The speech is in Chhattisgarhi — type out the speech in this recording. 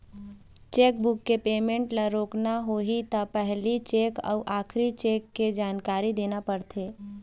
चेकबूक के पेमेंट ल रोकना होथे त पहिली चेक अउ आखरी चेक के जानकारी देना परथे